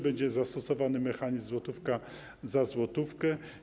Będzie zastosowany mechanizm złotówka za złotówkę.